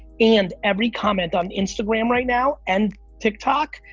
and every comment on instagram right now, and tiktok,